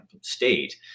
state